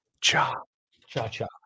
Cha-cha-cha